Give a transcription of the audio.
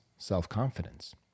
self-confidence